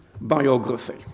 biography